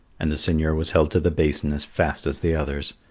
and the seigneur was held to the basin as fast as the others.